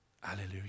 hallelujah